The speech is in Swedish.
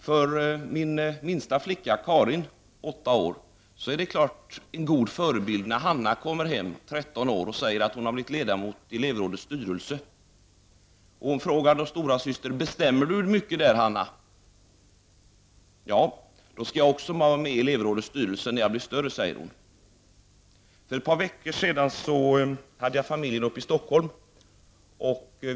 För min minsta flicka, Karin 8 år, är det en god förebild när Hanna som är 13 år gammal kommer hem och säger att hon blivit ledamot i elevrådets styrelse. Karin frågar då storasystern: Bestämmer du mycket där, Hanna? Ja, svarar Hanna. Då skall jag också vara med i elevrådets styrelse när jag blir större, säger Karin. För ett par veckor sedan hade jag familjen i Stockholm.